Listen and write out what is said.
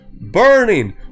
burning